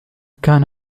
كان